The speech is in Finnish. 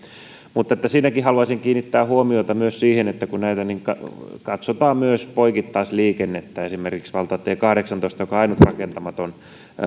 mutta siinäkin haluaisin kiinnittää huomiota myös siihen että katsotaan poikittaisliikennettä esimerkiksi valtatiellä kahdeksantoista ainut rakentamaton